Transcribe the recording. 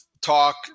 talk